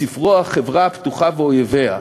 בספרו "החברה הפתוחה ואויביה",